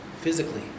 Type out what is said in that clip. physically